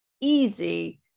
easy